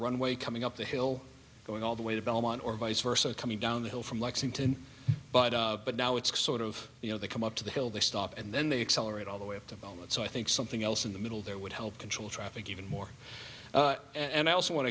runway coming up the hill going all the way to belmont or vice versa coming down the hill from lexington but but now it's sort of you know they come up to the hill they stop and then they accelerate all the way up development so i think something else in the middle there would help control traffic even more and i also want